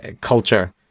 culture